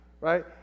right